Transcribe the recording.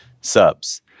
subs